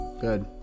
Good